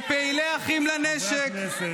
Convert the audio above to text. כשפעילי אחים לנשק,